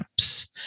apps